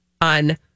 on